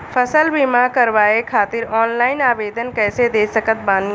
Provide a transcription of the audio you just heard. फसल बीमा करवाए खातिर ऑनलाइन आवेदन कइसे दे सकत बानी?